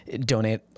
donate